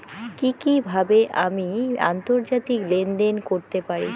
কি কিভাবে আমি আন্তর্জাতিক লেনদেন করতে পারি?